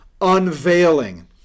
unveiling